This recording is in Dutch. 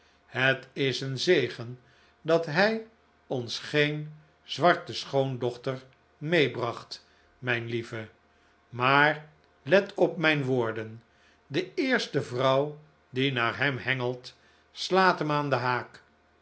het is een zegen dat hij ons geen zwarte schoondochter meebracht mijn lieve maar let op mijn woorden de eerste vrouw die naar hem hengelt slaat hem aan den haak